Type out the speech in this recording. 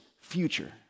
future